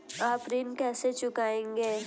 आप ऋण कैसे चुकाएंगे?